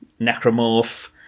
necromorph